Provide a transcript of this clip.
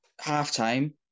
half-time